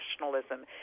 nationalism